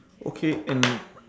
okay and